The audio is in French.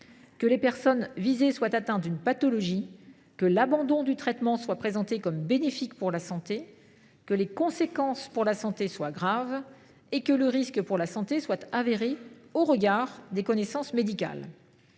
que les personnes visées soient atteintes d’une pathologie, que l’abandon du traitement soit présenté comme bénéfique pour la santé, que les conséquences pour la santé soient graves et que le risque pour la santé soit avéré au regard des connaissances médicales.